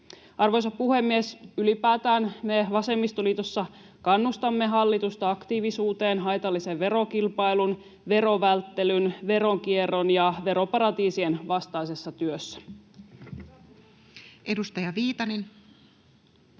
Arvoisa puhemies! Ylipäätään me vasemmistoliitossa kannustamme hallitusta aktiivisuuteen haitallisen verokilpailun, verovälttelyn, veronkierron ja veroparatiisien vastaisessa työssä.